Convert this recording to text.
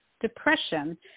depression